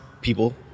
people